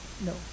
No